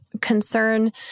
concern